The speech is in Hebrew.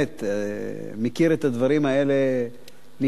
מכיר את הדברים האלה מקרוב.